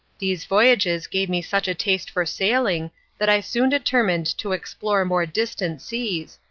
these voyages gave me such a taste for sailing that i soon determined to explore more distant seas,